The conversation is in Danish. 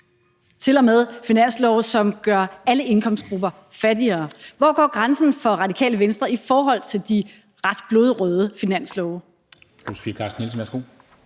til og med finanslove, som gør alle indkomstgrupper fattigere. Hvor går grænsen for Radikale Venstre i forhold til de blodrøde finanslove?